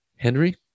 Henry